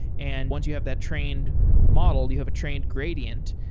and once you have that trained model, you have a trained gradient,